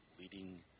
Leading